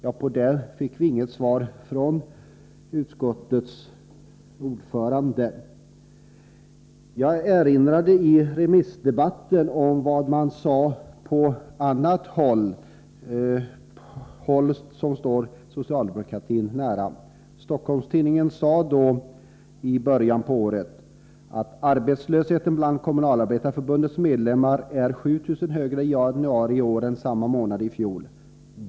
På den frågan fick vi inget svar från utskottets ordförande. Jag erinrade i årets remissdebatt om vad som har sagts på annat håll av personer som står socialdemokratin nära. I Stockholmstidningen stod det i början på året att ”arbetslösheten bland kommunalarbetarförbundets medlemmar är mer än 7 000 i januari i år än samma månad i fjol.